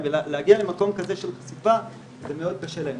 ולהגיע למקום כזה של חשיפה זה מאוד קשה להם,